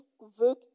veux